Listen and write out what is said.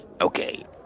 Okay